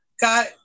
got